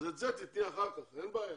אז את זה תיתני אחר כך, אין בעיה,